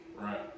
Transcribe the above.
Right